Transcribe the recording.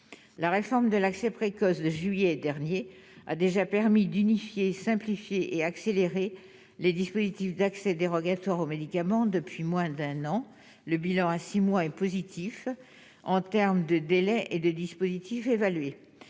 la réforme de l'accès précoce de juillet dernier, a déjà permis d'unifier et simplifier et accélérer les dispositifs d'accès dérogatoire aux médicaments depuis moins d'un an, le bilan à 6 mois et positif en termes de délais et de dispositifs évalué